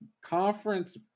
conference